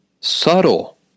Subtle